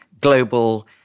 global